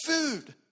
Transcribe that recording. food